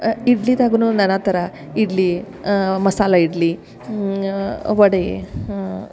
ಇಡ್ಲಿದಾಗುನು ನಾನಾ ಥರ ಇಡ್ಲಿ ಮಸಾಲೆ ಇಡ್ಲಿ ವಡೆ